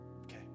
Okay